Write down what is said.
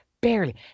Barely